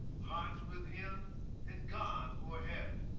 within, and god overhead.